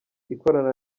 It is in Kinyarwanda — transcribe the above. ikorana